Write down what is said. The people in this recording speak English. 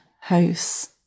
house